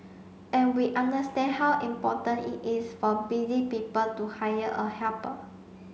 and we understand how important it is for busy people to hire a helper